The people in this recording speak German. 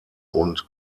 und